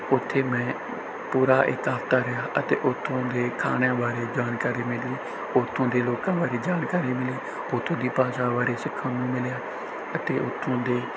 ਉੱਥੇ ਮੈਂ ਪੂਰਾ ਇੱਕ ਹਫ਼ਤਾ ਰਿਹਾ ਅਤੇ ਉੱਥੋਂ ਦੇ ਖਾਣਿਆਂ ਬਾਰੇ ਜਾਣਕਾਰੀ ਮਿਲੀ ਉੱਥੋਂ ਦੇ ਲੋਕਾਂ ਬਾਰੇ ਜਾਣਕਾਰੀ ਮਿਲੀ ਉੱਥੋਂ ਦੀ ਭਾਸ਼ਾ ਬਾਰੇ ਸਿੱਖਣ ਨੂੰ ਮਿਲਿਆ ਅਤੇ ਉੱਥੋਂ ਦੇ